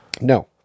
No